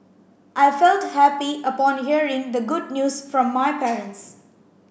I felt happy upon hearing the good news from my parents